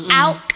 out